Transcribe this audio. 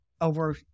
over